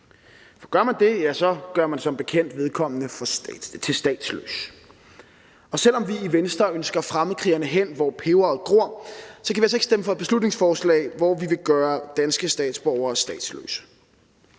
For gør man det, gør man som bekendt vedkommende til statsløs, og selv om vi i Venstre ønsker fremmedkrigere hen, hvor peberet gror, så kan vi altså ikke stemme for et beslutningsforslag, hvor vi vil gøre danske statsborgere statsløse.